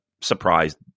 surprised